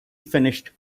finished